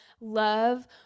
love